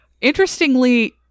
Interestingly